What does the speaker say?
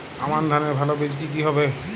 আমান ধানের ভালো বীজ কি কি হবে?